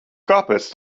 kāpēc